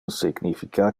significa